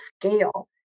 scale